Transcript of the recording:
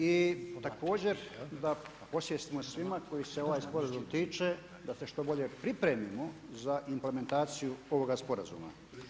I također da osvijestimo svima kojih se ovaj sporazum tiče da se što bolje pripremimo za implementaciju ovoga sporazuma.